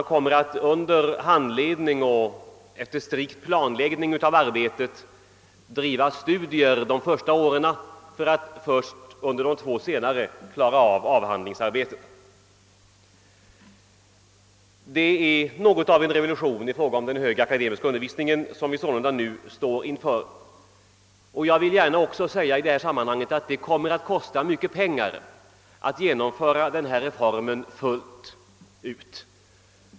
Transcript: a. kommer de studerande under handledning och efter strikt planläggning av arbetet att i princip driva studier de två första åren för att i huvudsak under de två senare åren klara avhandlingsarbetet. Det är inför något av en revolution i fråga om den högre akademiska undervisningen vi nu står. Jag vill gärna säga i detta sammanhang att det kommer att kosta mycket pengar att genomföra re formen fullt ut.